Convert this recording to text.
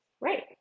Right